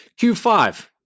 q5